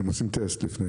אתם עושים טסט לפני.